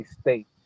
State